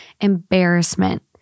embarrassment